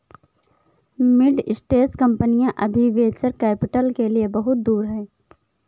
mid stage कंपनियां अभी venture capital के लिए बहुत दूर हैं